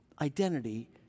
identity